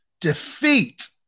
defeat